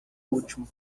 último